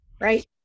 right